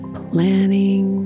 planning